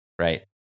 right